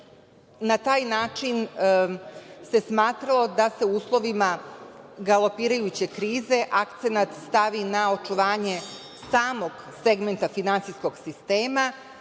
na taj način se smatralo da se u uslovima galopirajuće krize akcenat stavi na očuvanje samog segmenta finansijskog sistema